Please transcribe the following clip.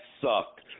sucked